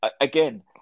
again